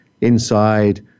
inside